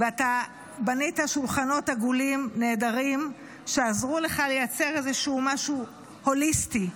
ואתה בנית שולחנות עגולים נהדרים שעזרו לך לייצר איזשהו משהו הוליסטי.